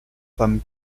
femmes